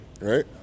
right